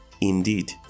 Indeed